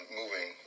moving